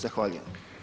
Zahvaljujem.